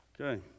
Okay